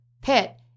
pit